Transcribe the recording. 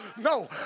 no